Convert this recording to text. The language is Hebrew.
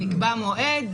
נקבע מועד,